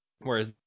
whereas